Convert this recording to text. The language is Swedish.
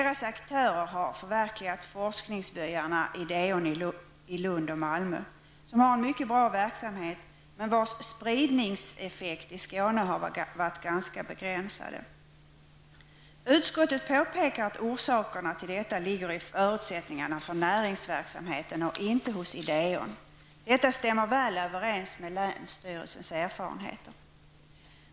Dessa aktörer har förverkligat forskningsbyarna IDEON i Lund och Malmö, som har en mycket bra verksamhet, men vars spridningseffekt i Skåne har varit ganska begränsad. Utskottet påpekar att orsakerna till detta ligger i förutsättningarna för näringsverksamheten och inte hos IDEON. Detta stämmer väl överens med länsstyrelsens erfarenheter.